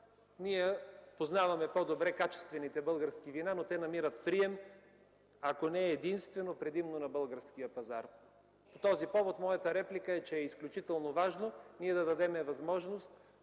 ние познаваме по-добре качествените български вина, но те намират прием, ако не единствено, предимно на българския пазар. По този повод моята реплика е, че е изключително важно ние да дадем възможност